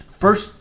first